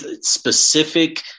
specific